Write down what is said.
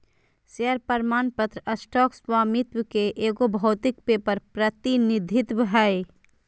share प्रमाण पत्र stock स्वामित्व के एगो भौतिक पेपर प्रतिनिधित्व हइ